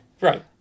Right